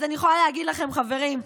אז אני יכולה להגיד לכם, חברים,